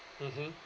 mmhmm